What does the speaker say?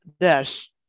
Dash